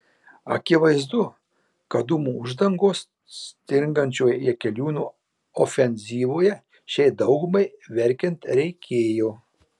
akivaizdu kad dūmų uždangos stringančioje jakeliūno ofenzyvoje šiai daugumai verkiant reikėjo